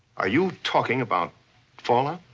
are you talking about fallout?